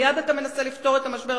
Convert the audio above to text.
מייד אתה מנסה לפתור את המשבר,